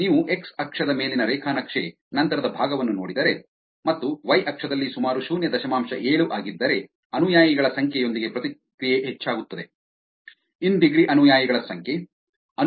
ನೀವು ಎಕ್ಸ್ ಅಕ್ಷದ ಮೇಲಿನ ರೇಖಾ ನಕ್ಷೆ ನಂತರದ ಭಾಗವನ್ನು ನೋಡಿದರೆ ಮತ್ತು ವೈ ಅಕ್ಷದಲ್ಲಿ ಸುಮಾರು ಶೂನ್ಯ ದಶಮಾಂಶ ಏಳು ಆಗಿದ್ದರೆ ಅನುಯಾಯಿಗಳ ಸಂಖ್ಯೆಯೊಂದಿಗೆ ಪ್ರತಿಕ್ರಿಯೆ ಹೆಚ್ಚಾಗುತ್ತದೆ ಇನ್ ಡಿಗ್ರಿ ಅನುಯಾಯಿಗಳ ಸಂಖ್ಯೆ